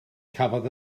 cafodd